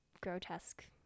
grotesque